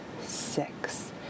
Six